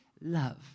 love